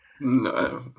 No